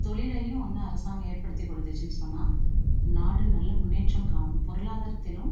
தொழிலையும் வந்து அரசாங்கம் ஏற்படுத்தி கொடுத்துச்சின்னு சொன்னால் நாடு நல்ல முன்னேற்றம் காணும் பொருளாதாரத்திலும்